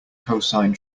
cosine